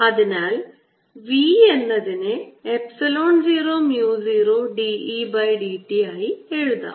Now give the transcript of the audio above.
അതിനാൽ v എന്നതിനെ epsilon 0 mu 0 d E by d t ആയി എഴുതാം